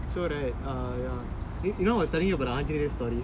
so right err ya I was telling you about the Anjaneyar story